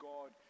God